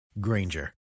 Granger